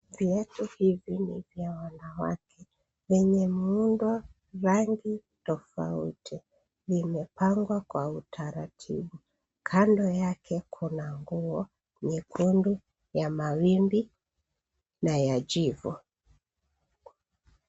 Viatu hivi ni vya wanawake wenye muundo rangi tofauti. Vimepanga kwa utaratibu, kando yake kuna Nguo nyekundu ya mawimbi na ya jivu.